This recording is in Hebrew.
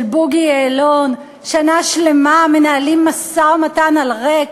של בוגי יעלון, שנה שלמה מנהלים משא-ומתן על ריק.